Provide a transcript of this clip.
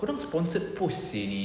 korang sponsored post seh